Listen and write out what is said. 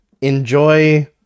Enjoy